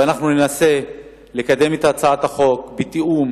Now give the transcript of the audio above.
ואנחנו ננסה לקדם את הצעת החוק בתיאום